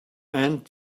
and